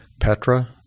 Petra